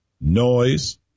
noise